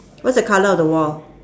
what's the colour of the wall